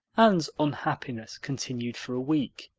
anne's unhappiness continued for a week.